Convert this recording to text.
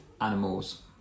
animals